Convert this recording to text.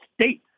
state